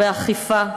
באכיפה,